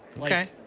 okay